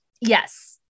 yes